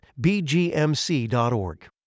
BGMC.org